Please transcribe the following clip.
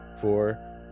four